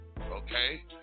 Okay